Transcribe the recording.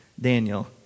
Daniel